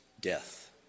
death